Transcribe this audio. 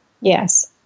Yes